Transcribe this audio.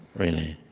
really.